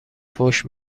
فحش